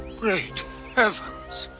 great heavens.